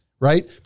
right